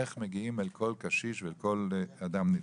איך מגיעים אל כל קשיש ואל כל אדם נצרך.